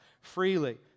freely